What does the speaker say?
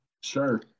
sure